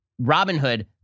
Robinhood